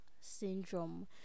syndrome